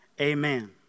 Amen